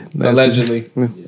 Allegedly